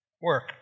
work